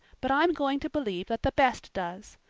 but i'm going to believe that the best does.